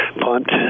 punt